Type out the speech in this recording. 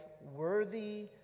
worthy